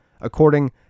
according